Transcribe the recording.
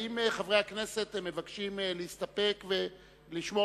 האם חברי הכנסת מבקשים להסתפק ולשמור